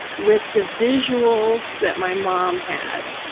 with the visual that my mom had,